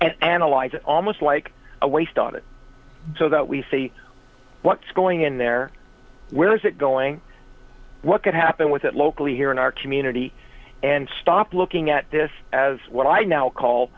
and analyze it almost like a waste on it so that we see what's going in there where is it going what could happen with it locally here in our community and stop looking at this as what i now call